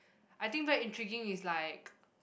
I think what intriguing is like